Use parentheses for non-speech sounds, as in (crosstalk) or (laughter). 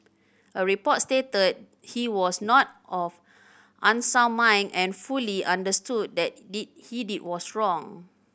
a report stated he was not of unsound mind and fully understood that (unintelligible) he did was wrong